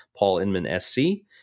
paulinmansc